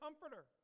comforter